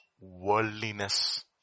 worldliness